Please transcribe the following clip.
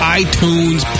iTunes